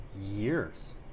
years